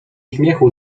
śmiechu